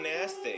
nasty